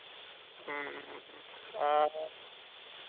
ᱦᱩᱸ ᱟᱨ